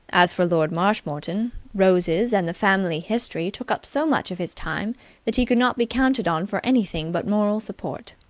as for lord marshmoreton, roses and the family history took up so much of his time that he could not be counted on for anything but moral support.